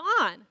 on